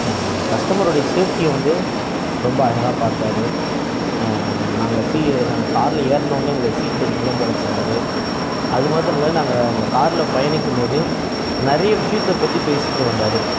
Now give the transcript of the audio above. கஸ்டமருடைய ஷேஃப்டியை வந்து ரொம்ப அழகாக பார்த்தாரு நாங்கள் சீ நாங்கள் கார்ல ஏர்றவுடனே எங்களுக்கு சீட் பெல்ட்லாம் போடச் சொன்னார் அது மாத்திரம் இல்லை நாங்கள் அந்த கார்ல பயணிக்கும்போதும் நிறைய விஷயத்தைப் பற்றி பேசிகிட்டு வந்தார்